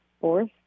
fourth